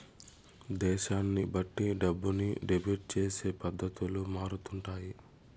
దేశాన్ని బట్టి డబ్బుని డెబిట్ చేసే పద్ధతులు మారుతుంటాయి